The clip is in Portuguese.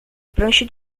prancha